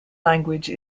language